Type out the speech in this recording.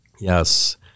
Yes